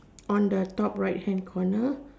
on the top right hand corner